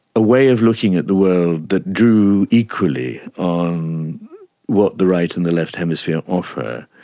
a way of looking at the world that drew equally on what the right and the left hemisphere offer,